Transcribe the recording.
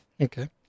Okay